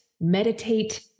meditate